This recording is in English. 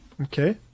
Okay